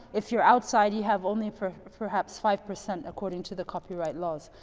if you're outside, you have only for perhaps five percent according to the copyright laws.